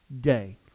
day